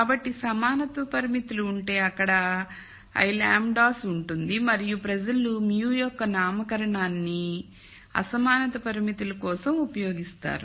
కాబట్టి l సమానత్వ పరిమితులు ఉంటే అక్కడ l లాంబ్డాస్ ఉంటుంది మరియు ప్రజలు μ యొక్క నామకరణాన్ని అసమానత పరిమితుల కోసం ఉపయోగిస్తారు